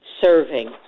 serving